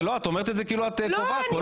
את אומרת את זה כאילו את קובעת כאן.